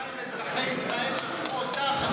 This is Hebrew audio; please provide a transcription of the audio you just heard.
בינתיים אזרחי ישראל שלחו אותך הביתה ממשרד החינוך.